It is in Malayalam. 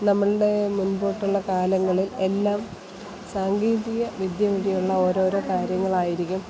നമ്മളുടെ മുൻപോട്ടുള്ള കാലങ്ങളിൽ എല്ലാം സാങ്കേതിക വിദ്യ വഴിയുള്ള ഓരോരോ കാര്യങ്ങളായിരിക്കും